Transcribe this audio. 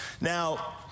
Now